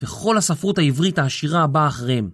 וכל הספרות העברית העשירה הבאה אחריהם.